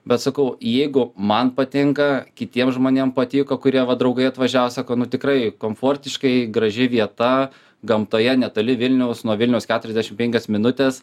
bet sakau jeigu man patinka kitiem žmonėm patiko kurie va draugai atvažiavo sako nu tikrai komfortiškai graži vieta gamtoje netoli vilniaus nuo vilniaus keturiasdešim penkios minutės